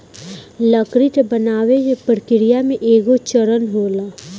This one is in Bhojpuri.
लकड़ी के बनावे के प्रक्रिया में एगो चरण होला